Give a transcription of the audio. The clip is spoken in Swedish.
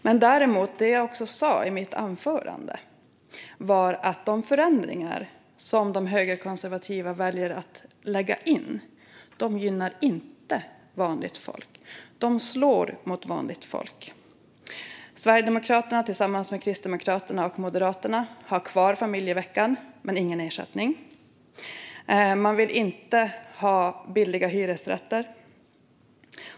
Men det jag sa i mitt anförande var att de förändringar som de högerkonservativa väljer att lägga in däremot inte gynnar vanligt folk. De slår mot vanligt folk. Sverigedemokraterna har tillsammans med Kristdemokraterna och Moderaterna kvar familjeveckan, men utan ersättning. Man vill inte ha billiga hyresrätter.